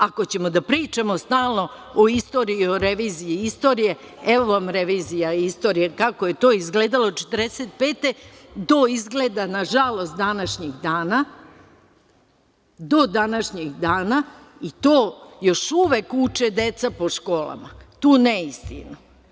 Ako ćemo da pričamo stalno o istoriji, o reviziji istorije, evo vam revizija istorije, kako je to izgledalo 1945. godine do, izgleda, nažalost, današnjih dana, i to još uvek uče deca po školama, tu neistinu.